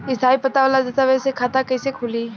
स्थायी पता वाला दस्तावेज़ से खाता कैसे खुली?